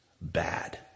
bad